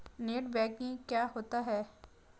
Net banking क्या होता है?